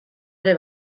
ere